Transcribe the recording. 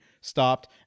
stopped